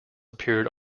appeared